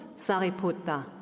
Sariputta